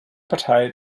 partei